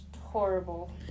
horrible